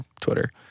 Twitter